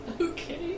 Okay